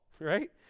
right